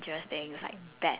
ya